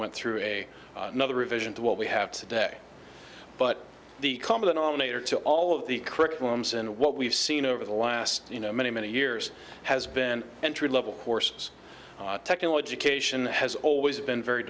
went through a another revision to what we have today but the common denominator to all of the curriculums and what we've seen over the last you know many many years has been entry level courses technology cation has always been very